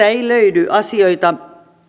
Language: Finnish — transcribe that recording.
ei löydy asioita